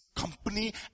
company